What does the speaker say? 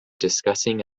discussing